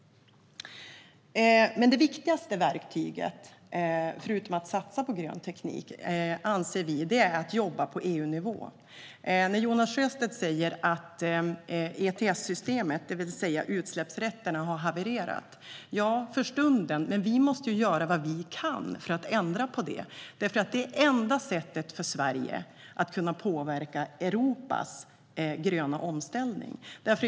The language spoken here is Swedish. Det viktigaste verktyget, förutom att satsa på grön teknik, är att jobba på EU-nivå. Jonas Sjöstedt säger att ETS-systemet, det vill säga utsläppsrätterna, har havererat. Ja, för stunden är det så, men vi måste göra vad vi kan för att ändra på det. Det är det enda sättet för Sverige att påverka Europas gröna omställning.